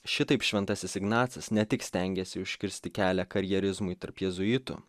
šitaip šventasis ignacas ne tik stengiasi užkirsti kelią karjerizmui tarp jėzuitų